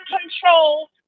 control